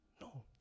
No